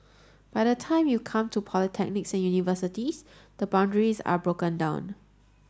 but by the time you come to polytechnics and universities the boundaries are broken down